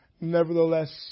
nevertheless